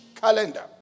calendar